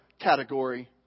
category